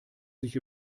sich